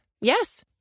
Yes